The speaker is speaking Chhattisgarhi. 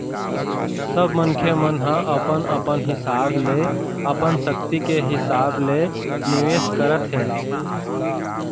सब मनखे मन ह अपन अपन हिसाब ले अपन सक्ति के हिसाब ले निवेश करथे